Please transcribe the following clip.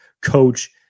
coach